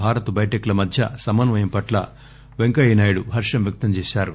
Bharat biotech ల మధ్య సమన్వయం పట్ల వెంకయ్యనాయుడు హర్షం వ్యక్తంచేశారు